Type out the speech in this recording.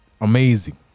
amazing